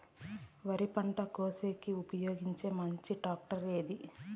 వరి పంట కోసేకి ఉపయోగించే మంచి టాక్టర్ ఏది?